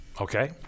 Okay